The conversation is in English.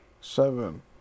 Seven